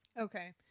Okay